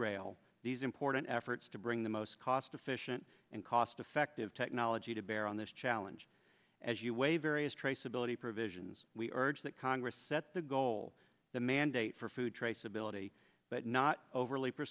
derail these important efforts to bring the most cost efficient and cost effective technology to bear on this challenge as you weigh various traceability provisions we urge that congress set the goal the mandate for food traceability but not overly